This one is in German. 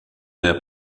der